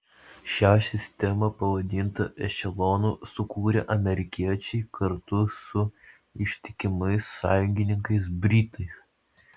šią sistemą pavadintą ešelonu sukūrė amerikiečiai kartu su ištikimais sąjungininkais britais